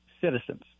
citizens